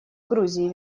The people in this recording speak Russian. грузии